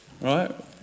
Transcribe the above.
right